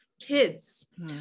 kids